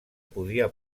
podia